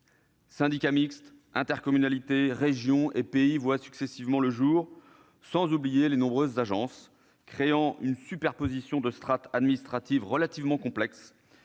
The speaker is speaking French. Syndicats mixtes, intercommunalités, régions et pays ont successivement vu le jour, sans oublier les nombreuses agences, créant une superposition de strates administratives relativement complexe,